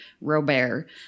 Robert